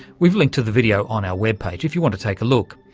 we've linked to the video on our webpage if you want to take a look.